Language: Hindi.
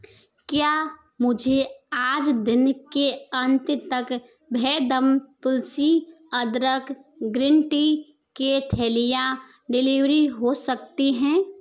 क्या मुझे आज दिन के अंत तक भेदम तुलसी अदरक ग्रीन टी की थैलियाँ डिलीवरी हो सकती हैं